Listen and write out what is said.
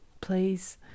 Please